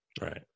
Right